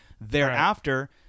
thereafter